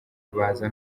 baza